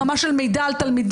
ברמה של מידע על תלמידים,